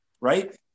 right